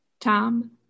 Tom